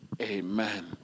Amen